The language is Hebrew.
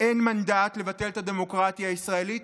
אין מנדט לבטל את הדמוקרטיה הישראלית,